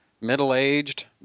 middle-aged